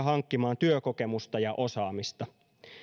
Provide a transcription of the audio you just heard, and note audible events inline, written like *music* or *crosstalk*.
*unintelligible* hankkimaan työkokemusta ja osaamista